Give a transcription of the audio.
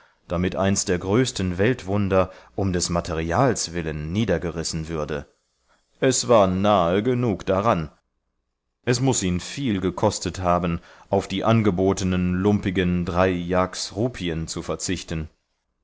damit eins der größten weltwunder um des materials willen niedergerissen würde es war nahe genug daran es muß ihn viel gekostet haben auf die angebotenen lumpigen drei iahks rupiendrei iahks rupien zu verzichten